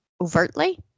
overtly